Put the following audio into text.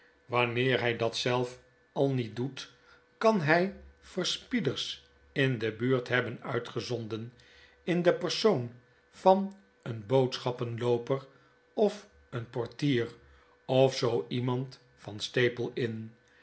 wanneer hy dat zelf al niet doet kan hy verspieders in de buurt hebben uitgezonden in den persoon van een boodschaplooper of een portier of zoo iemand van staple inn